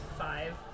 five